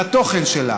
את התוכן שלה,